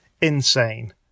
insane